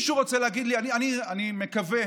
אני מקווה